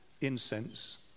incense